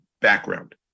background